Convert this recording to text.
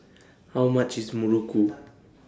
How much IS Muruku